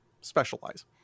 specialize